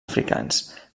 africans